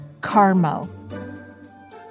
Carmo